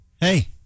hey